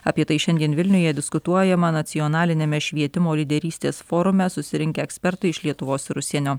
apie tai šiandien vilniuje diskutuojama nacionaliniame švietimo lyderystės forume susirinkę ekspertai iš lietuvos ir užsienio